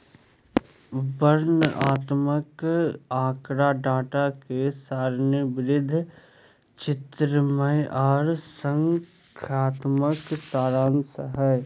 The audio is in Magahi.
वर्णनात्मक आँकड़ा डाटा के सारणीबद्ध, चित्रमय आर संख्यात्मक सारांश हय